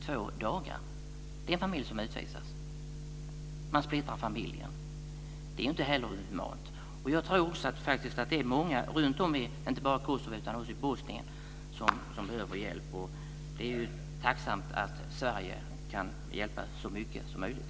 Det är en familj som utvisas. Man splittrar familjen. Det är inte heller humant. Jag tror att det finns många inte bara i Kosovo, utan också i Bosnien som behöver hjälp. Det är tacksamt att Sverige kan hjälpa så många som möjligt.